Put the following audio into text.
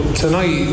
tonight